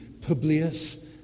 Publius